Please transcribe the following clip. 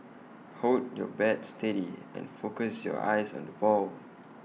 hold your bat steady and focus your eyes on the ball